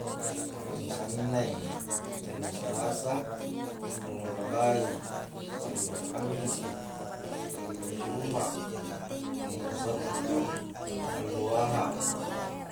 Allo sanneng allo salasa allo arabai allo kammisi allo juma' allo sattu allo aha'